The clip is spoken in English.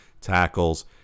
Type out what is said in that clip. tackles